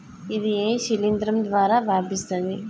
ఇది ఏ శిలింద్రం ద్వారా వ్యాపిస్తది?